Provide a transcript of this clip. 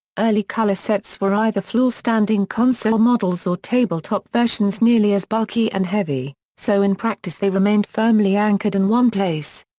early color sets were either floor-standing console models or tabletop versions nearly as bulky and heavy, so in practice they remained firmly anchored in one place.